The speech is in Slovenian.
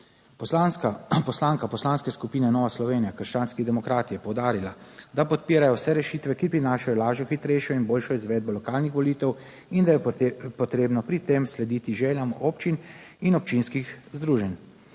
Poslanka Poslanske skupine Nova Slovenija, Krščanski demokrati je poudarila, da podpirajo vse rešitve, ki prinašajo lažjo, hitrejšo in boljšo izvedbo lokalnih volitev, in da je potrebno pri tem slediti željam občin in občinskih združenj.